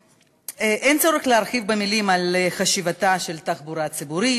אין צורך להרחיב במילים על חשיבותה של תחבורה ציבורית,